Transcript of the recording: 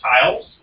tiles